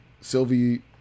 Sylvie